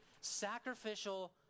Sacrificial